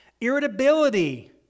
Irritability